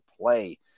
play